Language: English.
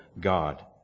God